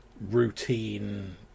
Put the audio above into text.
routine